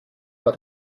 war